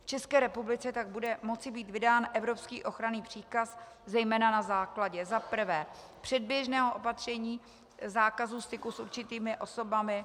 V České republice tak bude moci být vydán evropský ochranný příkaz zejména na základě za prvé předběžného opatření zákazu styku s určitými osobami;